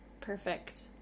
Perfect